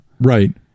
right